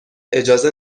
اجازه